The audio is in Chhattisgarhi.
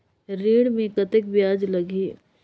ऋण मे कतेक ब्याज लगही?